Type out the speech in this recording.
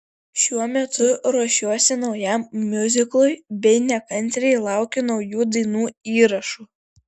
šiuo metu ruošiuosi naujam miuziklui bei nekantriai laukiu naujų dainų įrašų